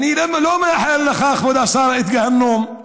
ואני לא מאחל לך, כבוד השר, גיהינום.